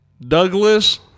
Douglas